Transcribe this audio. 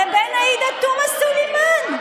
לבין עאידה תומא סלימאן.